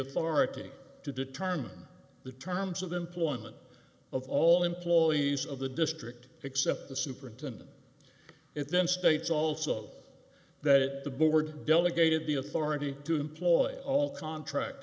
authority to determine the terms of employment of all employees of the district except the superintendent it then states also that the board delegated the authority to employ all contract